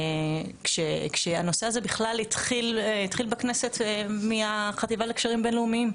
כשהנושא הזה בכלל התחיל בכנסת מהחטיבה לקשרים בין-לאומיים,